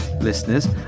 Listeners